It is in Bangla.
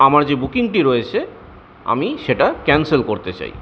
আমার যে বুকিংটি রয়েছে আমি সেটা ক্যান্সেল করতে চাই